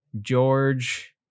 George